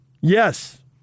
Yes